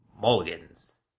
Mulligans